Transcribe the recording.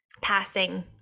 passing